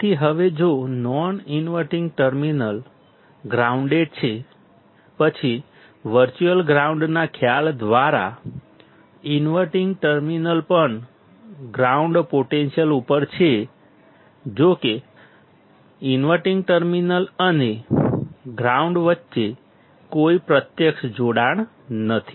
તેથી હવે જો નોન ઇન્વર્ટીંગ ટર્મિનલ ગ્રાઉન્ડેડ છે પછી વર્ચ્યુઅલ ગ્રાઉન્ડના ખ્યાલ દ્વારા ઇનવર્ટીંગ ટર્મિનલ પણ ગ્રાઉન્ડ પોટેન્શિયલ ઉપર છે જોકે ઇનવર્ટીંગ ટર્મિનલ અને ગ્રાઉન્ડ વચ્ચે કોઈ પ્રત્યક્ષ જોડાણ નથી